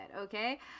okay